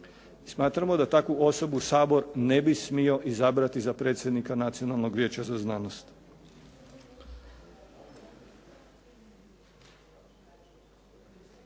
Smatramo da takvu osobu Sabor ne bi smio izabrati za predsjednika Nacionalnog vijeća za znanost.